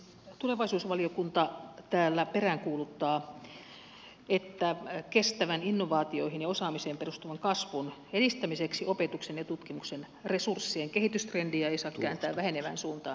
tulevaisuusvaliokunta täällä peräänkuuluttaa että kestävän innovaatioihin ja osaamiseen perustuvan kasvun edistämiseksi opetuksen ja tutkimuksen resurssien kehitystrendiä ei saa kääntää vähenevään suuntaan